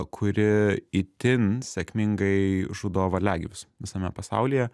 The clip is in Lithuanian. kuri itin sėkmingai žudo varliagyvius visame pasaulyje